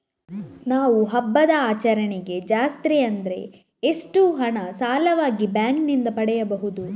ನಾವು ಹಬ್ಬದ ಆಚರಣೆಗೆ ಜಾಸ್ತಿ ಅಂದ್ರೆ ಎಷ್ಟು ಹಣ ಸಾಲವಾಗಿ ಬ್ಯಾಂಕ್ ನಿಂದ ಪಡೆಯಬಹುದು?